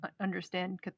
understand